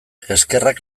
eskerrak